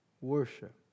Worship